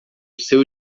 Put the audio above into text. seu